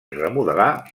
remodelar